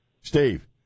Steve